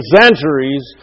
centuries